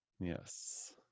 Yes